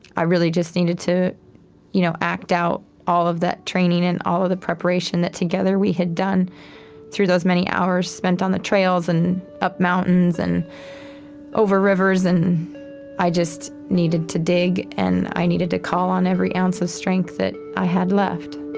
i really just needed to you know act out all of that training and all of the preparation that together we had done through those many hours spent on the trails and up mountains and over rivers. and i just needed to dig, and i needed to call on every ounce of strength that i had left